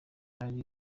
ari